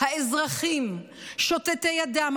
האזרחים שותתי הדם,